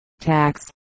tax